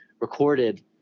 recorded